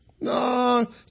No